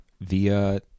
via